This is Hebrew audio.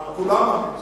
כולם המליצו.